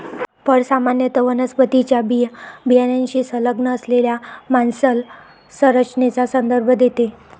फळ सामान्यत वनस्पतीच्या बियाण्याशी संलग्न असलेल्या मांसल संरचनेचा संदर्भ देते